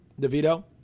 DeVito